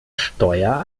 steuer